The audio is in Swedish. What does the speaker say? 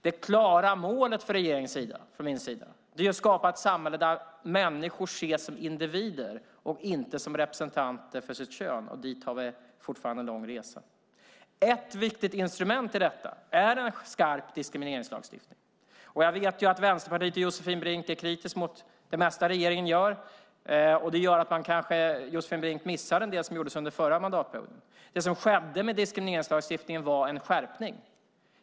Det klara målet från min och regeringens sida är att skapa ett samhälle där människor ses som individer och inte som representanter för sitt kön, och dit har vi fortfarande långt att resa. Ett viktigt instrument i detta är en skarp diskrimineringslagstiftning. Jag vet att Vänsterpartiet och Josefin Brink är kritiska till det mesta som regeringen gör, och det gör att Josefin Brink kanske missar en del som gjordes under den förra mandatperioden. Det som skedde med diskrimineringslagstiftningen var en skärpning.